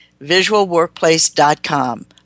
visualworkplace.com